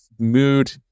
Mood